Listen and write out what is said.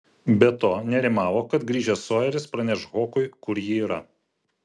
be to nerimavo kad grįžęs sojeris praneš hokui kur ji yra